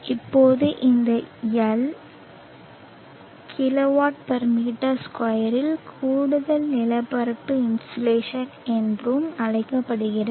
இப்போது இந்த L kW m2 இல் கூடுதல் நிலப்பரப்பு இன்சோலேஷன் என்று அழைக்கப்படுகிறது